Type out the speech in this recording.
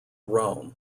rome